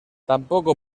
tampoco